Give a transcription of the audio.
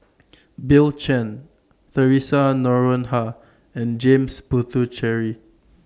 Bill Chen Theresa Noronha and James Puthucheary